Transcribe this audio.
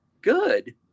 good